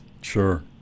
Sure